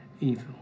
evil